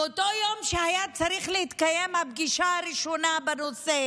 באותו יום שהייתה צריכה להתקיים הפגישה הראשונה בנושא